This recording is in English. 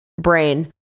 brain